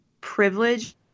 privilege